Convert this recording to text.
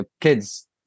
kids